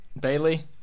Bailey